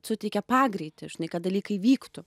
suteikia pagreitį žinai kad dalykai vyktų